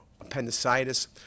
appendicitis